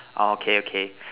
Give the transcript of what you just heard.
okay okay